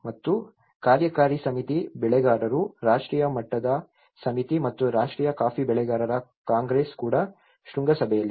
ಮತ್ತು ಕಾರ್ಯಕಾರಿ ಸಮಿತಿ ಬೆಳೆಗಾರರು ರಾಷ್ಟ್ರೀಯ ಮಟ್ಟದ ಸಮಿತಿ ಮತ್ತು ರಾಷ್ಟ್ರೀಯ ಕಾಫಿ ಬೆಳೆಗಾರರ ಕಾಂಗ್ರೆಸ್ ಕೂಡ ಶೃಂಗಸಭೆಯಲ್ಲಿದೆ